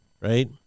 right